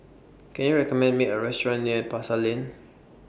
Can YOU recommend Me A Restaurant near Pasar Lane